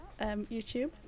youtube